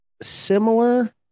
Similar